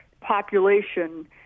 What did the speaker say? population